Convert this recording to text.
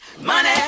Money